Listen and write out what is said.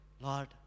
Lord